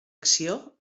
acció